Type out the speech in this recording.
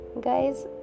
Guys